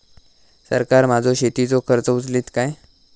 सरकार माझो शेतीचो खर्च उचलीत काय?